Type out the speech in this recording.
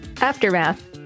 Aftermath